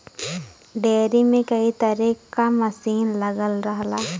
dairy में कई तरे क मसीन लगल रहला